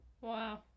Wow